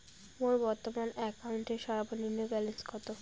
মোর বর্তমান অ্যাকাউন্টের সর্বনিম্ন ব্যালেন্স কত?